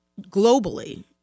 globally